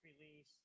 release